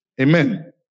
Amen